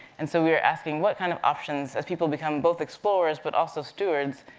and so we are asking, what kind of options, as people become both explorers, but also stewards,